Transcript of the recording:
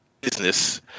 business